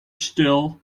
still